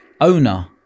owner